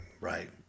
right